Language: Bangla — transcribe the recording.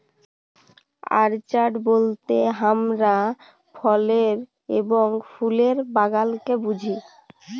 অর্চাড বলতে হামরা ফলের এবং ফুলের বাগালকে বুঝি